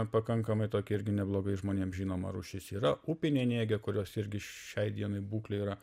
pakankamai tokia irgi neblogai žmonėm žinoma rūšis yra upinė nėgė kurios irgi šiai dienai būklė yra